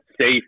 safe